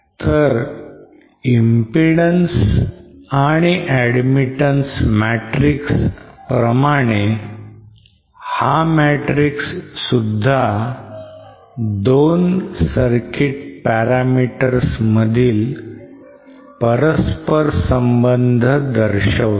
तर impedance and admittance matrix प्रमाणे हा matrix सुद्धा दोन circuit parameters मधील परस्पर संबंध दर्शवितो